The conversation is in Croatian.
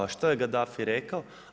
A što je Gaddafi rekao?